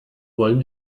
wollen